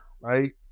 right